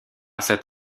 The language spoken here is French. cet